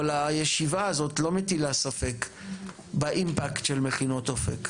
אבל הישיבה הזאת לא מטילה ספק באימפקט של מכינות אופק,